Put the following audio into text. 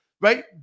Right